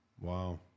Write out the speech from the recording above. wow